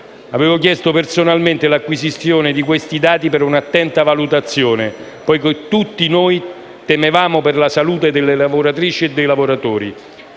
Avevo chiesto personalmente l'acquisizione di questi dati, per un'attenta valutazione, poiché tutti noi temevamo per la salute delle lavoratrici e dei lavoratori.